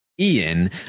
Ian